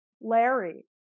Larry